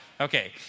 Okay